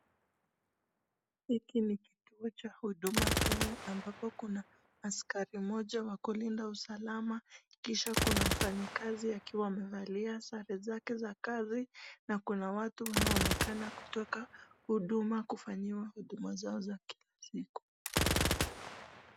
Hiki ni kituo cha huduma kenya ambapo kuna askari mmoja wa kulinda usalama kisha kuna mfanyakazi akiwa amevalia sare zake za kazi na kuna watu wanaonekana kutoka huduma kufanyiwa huduma zao za kila siku.